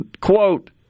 quote